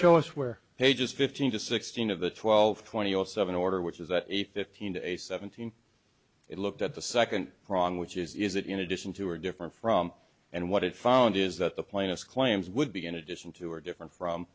show us where pages fifteen to sixteen of the twelve twenty seven order which is that a fifteen a seventeen it looked at the second prong which is that in addition to or different from and what it found is that the plaintiff claims would begin addition to or different from